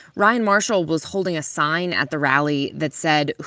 ryan marshall was holding a sign at the rally that said,